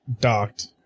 docked